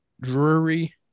Drury